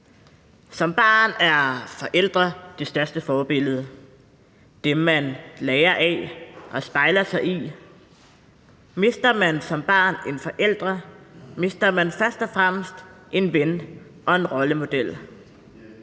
Som barn er forældre de største forbilleder. Det er dem, man lærer af og spejler sig i. Mister man som barn en forælder, mister man først og fremmest en ven og en rollemodel.